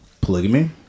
polygamy